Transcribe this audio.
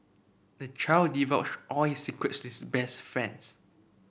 the child divulged all his secrets his best friends